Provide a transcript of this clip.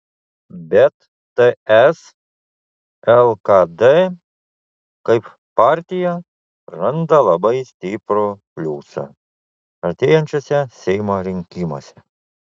bet ts lkd kaip partija praranda labai stiprų pliusą artėjančiuose seimo rinkimuose